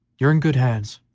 you're in good hands,